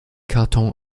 karton